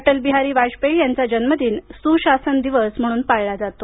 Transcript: अटल बिहारी वाजपेयी यांचा जन्मदिन सुशासन दिवस म्हणून पाळला जातो